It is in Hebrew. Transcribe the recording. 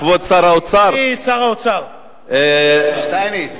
שר האוצר, יושב-ראש